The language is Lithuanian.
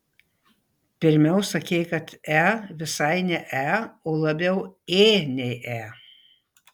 pirmiau sakei kad e visai ne e o labiau ė nei e